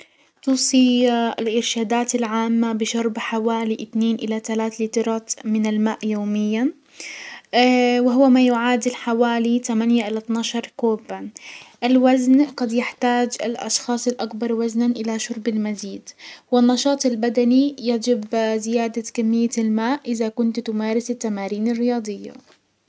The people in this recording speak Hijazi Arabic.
توصي الارشادات العامة بشرب حوالي اتنين الى تلات لترات من الماء يوميا وهو ما يعادل حوالي تمانية الى اتناى عشر كوبا. الوزن، قد يحتاج الاشخاص الاكبر وزنا الى شرب المزيد، و النشاط البدني، يجب زيادة كمية الماء ازا كنت تمارس التمارين الرياضية.